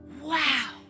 Wow